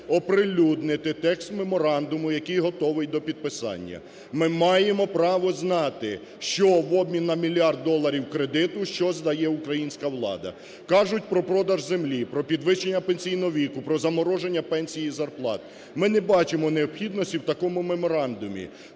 оприлюднити текст меморандуму, який готовий до підписання. Ми маємо право знати, що в обмін на мільярд доларів кредиту, що здає українська влада. Кажуть про продаж землі, про підвищення пенсійного віку, про замороження пенсій і зарплат. Ми не бачимо необхідності в такому меморандумі,